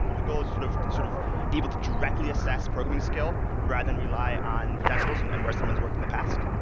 the goal is to sort of sort of be able to directly assess programing skill rather than rely on credentials and and where someone's worked in the past.